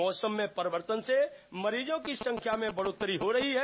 मौसम में परिवर्तन से मरीजों की संख्या में बढ़ोत्तरी हो रही है